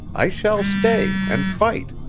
i shall stay and fight!